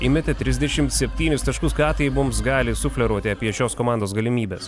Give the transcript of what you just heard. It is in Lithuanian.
įmetė trisdešimt septynis taškus ką tai mums gali sufleruoti apie šios komandos galimybes